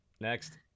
next